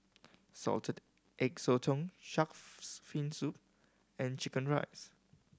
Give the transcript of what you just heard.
Salted Egg Sotong Shark's Fin Soup and chicken rice